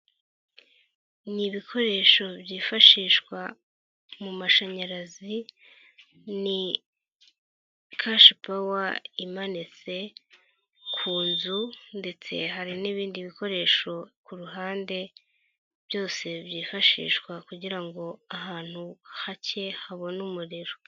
Ni ibikoresho byifashishwa mu mashanyarazi, ni kashipowa imanitse ku nzu ndetse hari n'ibindi bikoresho ku ruhande, byose byifashishwa kugira ngo ahantu hake habone umuriro.